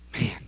Man